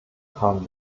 haben